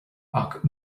ach